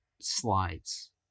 slides